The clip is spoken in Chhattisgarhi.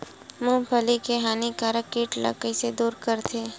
मूंगफली के हानिकारक कीट ला कइसे दूर करथे?